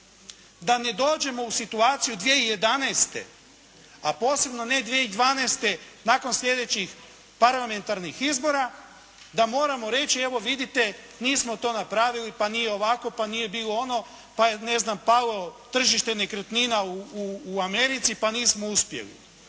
Da ne dođemo u situaciju 2011., a posebno ne 2012., nakon sljedećim parlamentarnih izbora da moramo reći evo, vidite nismo to napravili, pa nije ovako, pa nije bilo ono, pa je ne znam palo tržište nekretnina u Americi pa nismo uspjeli.